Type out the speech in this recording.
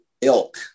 ilk